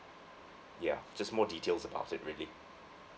ya just more details about it really